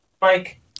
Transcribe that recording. Mike